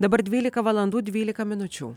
dabar dvylika valandų dvylika minučių